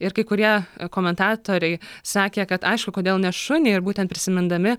ir kai kurie komentatoriai sakė kad aišku kodėl ne šunį ir būtent prisimindami